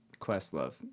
Questlove